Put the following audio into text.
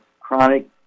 chronic